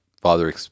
Father